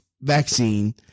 vaccine